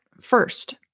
First